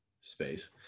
space